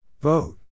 Vote